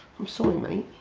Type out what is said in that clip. i'm sorry, mate.